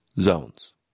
zones